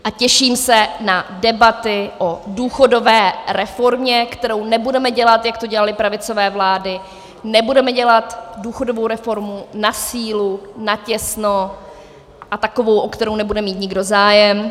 A těším se na debaty o důchodové reformě, kterou nebudeme dělat, jak to dělaly pravicové vlády, nebudeme dělat důchodovou reformu na sílu, natěsno a takovou, o kterou nebude mít nikdo zájem.